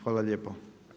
Hvala lijepo.